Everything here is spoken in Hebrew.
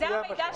להבנתי,